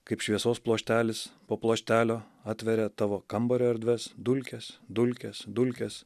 kaip šviesos pluoštelis po pluoštelio atveria tavo kambario erdves dulkes dulkės dulkės